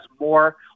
more